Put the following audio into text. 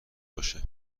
باشه